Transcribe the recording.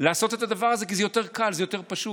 לעשות את הדבר הזה כי זה יותר קל, זה יותר פשוט.